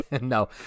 No